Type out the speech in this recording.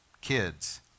kids